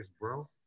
bro